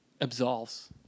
Absolves